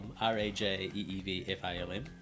R-A-J-E-E-V-F-I-L-M